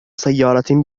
سيارة